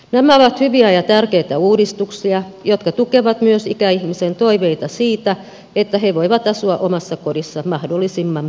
nämä ovat hyviä ja tärkeitä uudistuksia jotka tukevat myös ikäihmisen toiveita siitä että he voivat asua omassa kodissa mahdollisimman pitkään